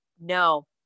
no